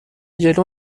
جلو